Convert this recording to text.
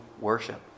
worship